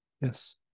Yes